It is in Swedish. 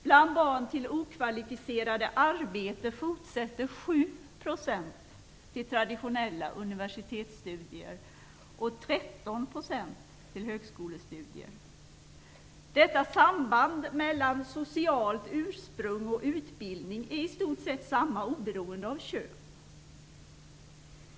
Bland barn till okvalificerade arbetare fortsätter 7 % till traditionella universitetsstudier och 13 % till högskolestudier. Detta samband mellan socialt ursprung och utbildning är i stort sett detsamma oberoende av kön.